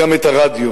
אלא גם את הרדיו.